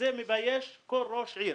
מבייש כל ראש עיר